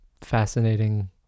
fascinating